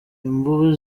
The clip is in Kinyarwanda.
imvubu